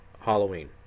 Halloween